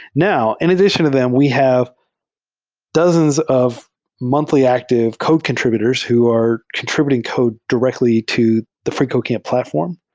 now, in addition to them, we have dozens of monthly active code contr ibutors who are contr ibuting code directly to the freecodecamp platform.